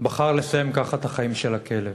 בחר לסיים ככה את החיים של הכלב.